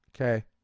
Okay